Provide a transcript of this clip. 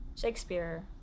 Shakespeare